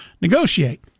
negotiate